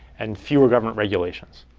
and fewer government regulations.